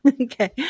Okay